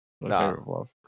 No